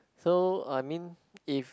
so I mean if